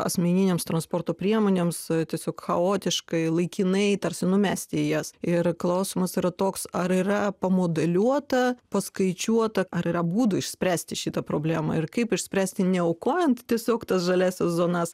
asmeninėms transporto priemonėms tiesiog chaotiškai laikinai tarsi numesti į jas ir klausimas yra toks ar yra pamodeliuota paskaičiuota ar yra būdų išspręsti šitą problemą ir kaip išspręsti neaukojant tiesiog tas žaliąsias zonas